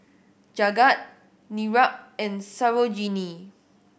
Jagat Niraj and Sarojini